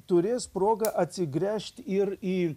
turės progą atsigręžt ir į